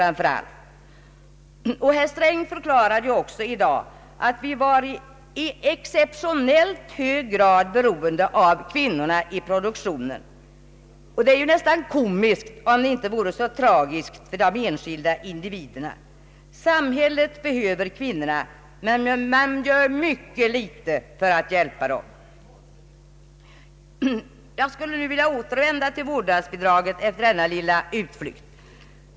Herr Sträng förklarade i dag att vi är i exceptionellt hög grad beroende av kvinnorna i produktionen. Det är ju nästan komiskt, om det inte vore så tragiskt för de enskilda individerna. Samhället behöver kvinnorna men gör mycket litet för att hjälpa dem. | Jag skulle nu vilja återvända till vårdnadsbidraget efter denna lilla utflykt.